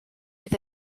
with